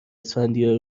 اسفندیار